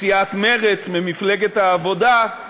מסיעת מרצ, ממפלגת העבודה,